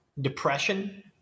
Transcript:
depression